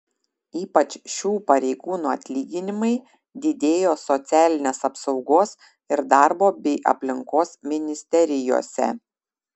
ypač šių pareigūnų atlyginimai didėjo socialinės apsaugos ir darbo bei aplinkos ministerijose